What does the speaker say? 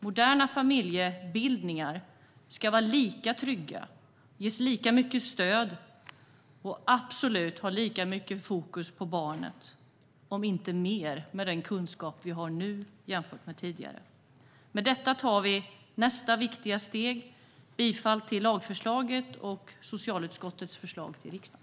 Moderna familjebildningar ska vara lika trygga, ges lika mycket stöd och absolut ha lika mycket fokus på barnet - om inte mer, med den kunskap som vi har nu jämfört med tidigare. Med detta tar vi nästa viktiga steg. Jag yrkar bifall till lagförslaget och socialutskottets förslag till beslut i övrigt.